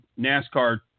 NASCAR